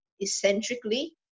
eccentrically